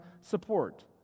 support